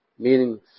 Meaning